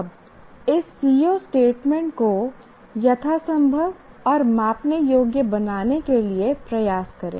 अब इस CO statement को यथासंभव और मापने योग्य बनाने के लिए प्रयास करें